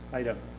item?